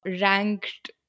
ranked